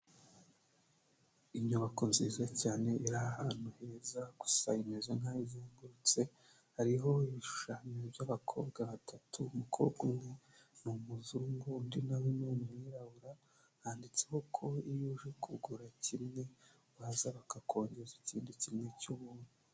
Inyubako nziza cyane iri ahantu heza gusa imeze nk'ayo izengurutse hariho ibishushanyo by'abakobwa batatu umu umukobwa umwe n'umuzungu undi nawe ni umwirabura handitseho ko iyo uje kugura kimwe baza bakakongeza ikindi kimwe cy'ubuntu.